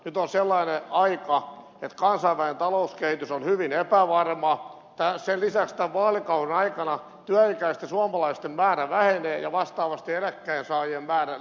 nyt on sellainen aika että kansainvälinen talouskehitys on hyvin epävarma sen lisäksi tämän vaalikauden aikana työikäisten suomalaisten määrä vähenee ja vastaavasti eläkkeensaajien määrä lisääntyy